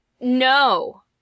No